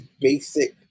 basic